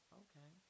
okay